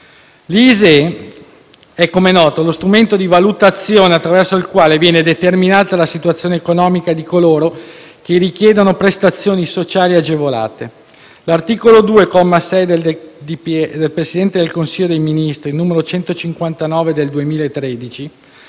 (ISEE) è, come noto, lo strumento di valutazione attraverso il quale viene determinata la situazione economica di coloro che richiedono prestazioni sociali agevolate. L'articolo 2, comma 6, del decreto del Presidente del Consiglio dei ministri n. 159 del 2013,